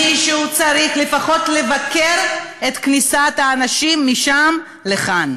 אבל מישהו צריך לפחות לבקר את כניסת האנשים משם לכאן.